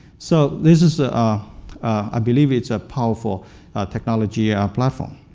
so this is, ah ah i believe it's a powerful technology ah platform.